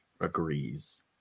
agrees